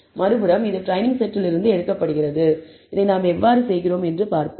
மறுபுறம் இது ட்ரெய்னிங் செட்டில் இருந்து எடுக்கப்படுகிறது இதை நாம் எவ்வாறு செய்கிறோம் என்று பார்ப்போம்